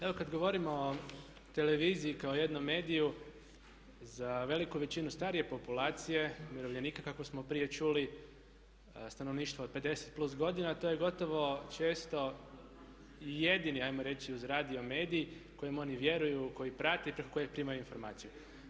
Evo kad govorimo o televiziji kao jednom mediju za veliku većinu starije populacije, umirovljenika kako smo prije čuli, stanovništvo od 50+ godina, to je gotovo često jedini ajmo reći uz radio medij kojem oni vjeruju, koji prate i preko kojeg primaju informacije.